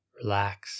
relax